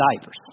diapers